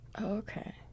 Okay